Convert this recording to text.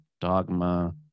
dogma